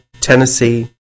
Tennessee